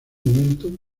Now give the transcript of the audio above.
momento